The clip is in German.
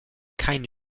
keine